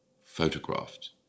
photographed